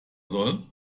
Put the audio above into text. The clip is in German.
soll